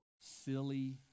silly